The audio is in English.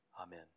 Amen